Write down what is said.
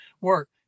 work